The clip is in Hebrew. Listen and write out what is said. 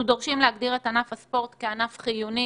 אנחנו דורשים להגדיר את ענף הספורט כענף חיוני